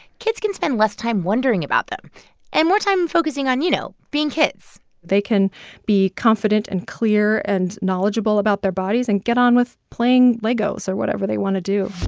kids can spend less time wondering about them and more time focusing on, you know, being kids they can be confident and clear and knowledgeable about their bodies and get on with playing legos or whatever they want to do